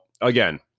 again